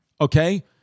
Okay